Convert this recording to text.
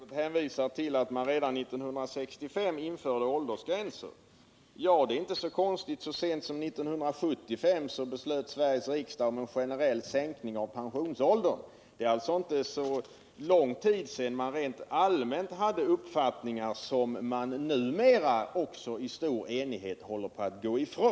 Herr talman! Kommunikationsministern hänvisar till att man redan 1965 införde åldersgränser. Ja, det är inte så konstigt. Så sent som 1975 beslöt Sveriges riksdag om en generell sänkning av pensionsåldern. Det är alltså inte så lång tid sedan man rent allmänt hade uppfattningar som man numera, också i stor enighet, håller på att gå ifrån.